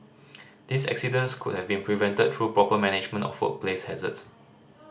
these accidents could have been prevented through proper management of workplace hazards